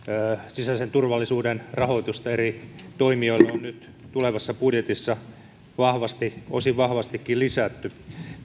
sisäisen turvallisuuden rahoitusta eri toimijoille on nyt tulevassa budjetissa osin vahvastikin lisätty